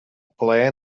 plaer